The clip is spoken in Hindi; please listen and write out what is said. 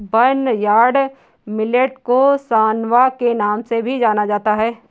बर्नयार्ड मिलेट को सांवा के नाम से भी जाना जाता है